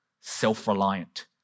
self-reliant